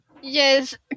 Yes